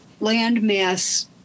landmass